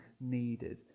needed